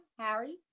Harry